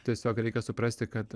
tiesiog reikia suprasti kad